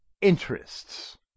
interests